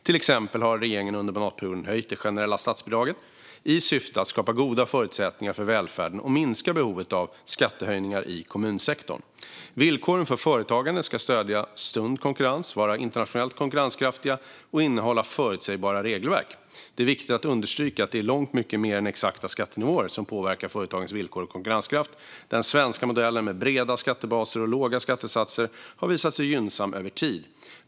Till exempel har regeringen under mandatperioden höjt det generella statsbidraget i syfte att skapa goda förutsättningar för välfärden och minska behovet av skattehöjningar i kommunsektorn. Villkoren för företagande ska stödja sund konkurrens, vara internationellt konkurrenskraftiga och innehålla förutsebara regelverk. Det är viktigt att understryka att det är långt mycket mer än exakta skattenivåer som påverkar företagens villkor och konkurrenskraft. Den svenska modellen med breda skattebaser och låga skattesatser har visat sig gynnsam över tid.